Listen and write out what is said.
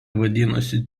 vadinosi